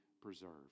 preserved